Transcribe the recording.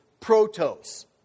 Protos